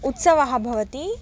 उत्सवः भवति